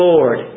Lord